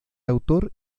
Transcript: autor